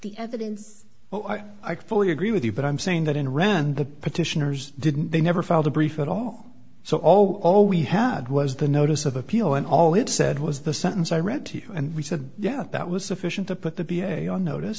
the evidence well i i fully agree with you but i'm saying that in rand the petitioners didn't they never filed a brief at all so all we had was the notice of appeal and all it said was the sentence i read to you and we said yeah that was sufficient to put the be a on notice